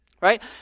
right